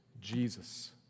Jesus